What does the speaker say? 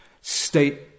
state